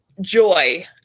joy